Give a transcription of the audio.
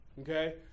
Okay